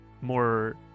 more